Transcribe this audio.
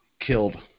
killed